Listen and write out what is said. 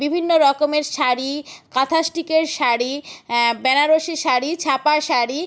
বিভিন্ন রকমের শাড়ি কাঁথা স্টিচের শাড়ি বেনারসি শাড়ি ছাপা শাড়ি